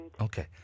Okay